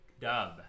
dub